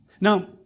Now